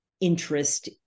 interest